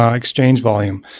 um exchange volume.